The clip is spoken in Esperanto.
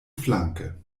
flanke